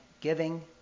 giving